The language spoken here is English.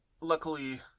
luckily